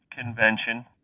convention